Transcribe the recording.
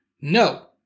No